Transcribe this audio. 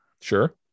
Sure